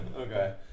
Okay